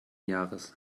jahres